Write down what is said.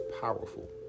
powerful